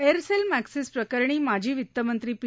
Aircel Maxis प्रकरणी माजी वित्तमंत्री पी